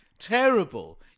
terrible